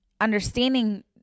understanding